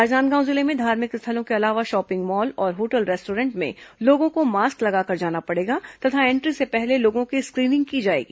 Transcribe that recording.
राजनांदगांव जिले में धार्मिक स्थलों के अलावा शॉपिंग मॉल और होटल रेस्टॉरेंट में लोगों को मास्क लगाकर जाना पड़ेगा तथा एंट्री से पहले लोगों की स्क्रीनिंग की जाएगी